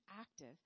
active